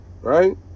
right